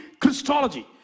Christology